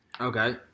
Okay